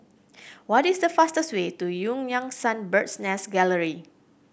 what is the fastest way to Eu Yan Sang Bird's Nest Gallery